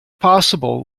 possible